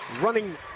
Running